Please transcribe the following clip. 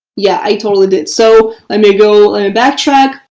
yeah, i totally did. so let me go backtrack.